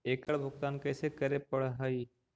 एकड़ भुगतान कैसे करे पड़हई?